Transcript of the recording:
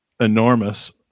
enormous